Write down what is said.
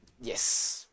yes